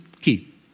key